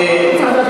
סביר.